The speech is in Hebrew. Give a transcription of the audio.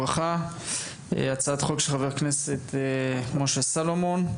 הצעת חוק של חבר הכנסת משה סולומון.